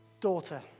daughter